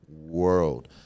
world